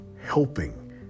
helping